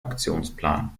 aktionsplan